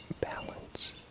balance